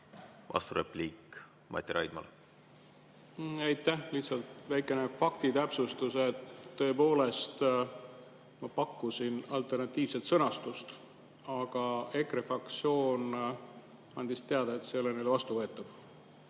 Vasturepliik Mati Raidmalt. Aitäh! Lihtsalt väikene fakti täpsustus. Tõepoolest, ma pakkusin alternatiivset sõnastust, aga EKRE fraktsioon andis teada, et see ei ole neile vastuvõetav.